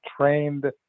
trained